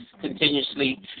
continuously